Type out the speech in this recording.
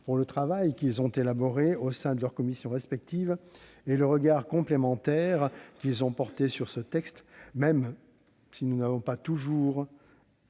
pour le travail qu'ils ont réalisé au sein de leurs commissions respectives et pour le regard complémentaire qu'ils ont porté sur ce texte, même si nous n'avons pas toujours